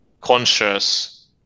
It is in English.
conscious